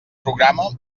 programa